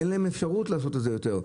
אין להם אפשרות לעשות את זה יותר.